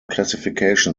classification